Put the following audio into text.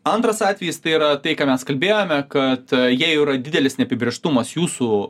antras atvejis tai yra tai ką mes kalbėjome kad jei jau yra didelis neapibrėžtumas jūsų